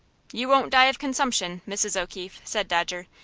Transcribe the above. you won't die of consumption, mrs. o'keefe, said dodger.